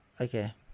okay